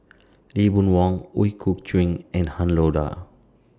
Lee Boon Wang Ooi Kok Chuen and Han Lao DA